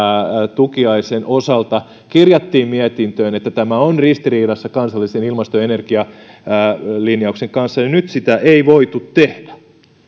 tukiaisen osalta kirjattiin mietintöön että tämä on ristiriidassa kansallisen ilmasto ja energialinjauksen kanssa niin nyt sitä ei voitu tehdä